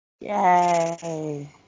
Yay